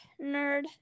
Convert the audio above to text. nerd